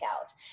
out